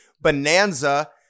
bonanza